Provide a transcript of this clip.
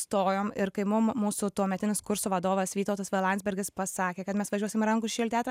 stojom ir kai mum mūsų tuometinis kurso vadovas vytautas v landsbergis pasakė kad mes važiuosim į rankų šešėlių teatrą